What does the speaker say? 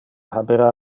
habera